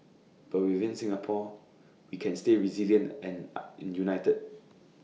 but within Singapore we can stay resilient and united